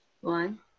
one